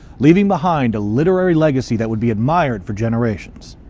leaving behind a literary legacy that would be admired for generations.